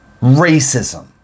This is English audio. racism